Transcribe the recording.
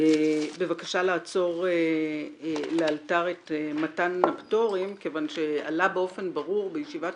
בבקשה לעצור לאלתר את מתן הפטורים כיוון שעלה באופן ברור בישיבת